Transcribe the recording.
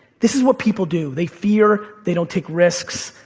this is what people do, they fear, they don't take risks,